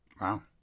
Wow